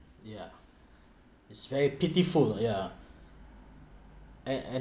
yeah it's very pitiful yeah and and